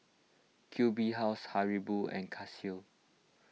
Q B House Haribo and Casio